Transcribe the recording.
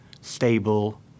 stable